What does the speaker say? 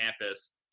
campus